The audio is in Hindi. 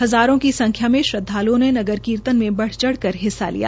हज़ारों की संख्या में श्रद्वालुओं ने नगर कीर्तन में बढ़ चढ़ कर हिस्सा लिया